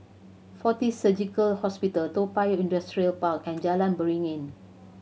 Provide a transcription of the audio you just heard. Fortis Surgical Hospital Toa Payoh Industrial Park and Jalan Beringin